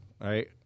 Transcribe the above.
right